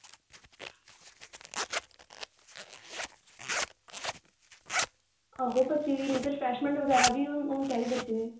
आहो बच्चें दी रिफ्रेशमेंट बी होनी चहिदी बच्चें दी